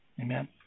Amen